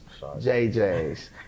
JJs